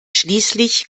schließlich